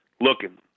Looking